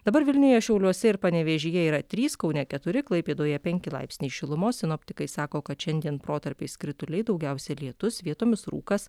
dabar vilniuje šiauliuose ir panevėžyje yra trys kaune keturi klaipėdoje penki laipsniai šilumos sinoptikai sako kad šiandien protarpiais krituliai daugiausia lietus vietomis rūkas